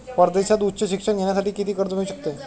परदेशात उच्च शिक्षण घेण्यासाठी किती कर्ज मिळू शकते?